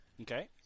Okay